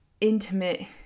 intimate